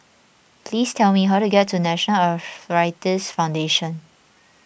please tell me how to get to National Arthritis Foundation